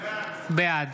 בעד